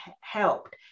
helped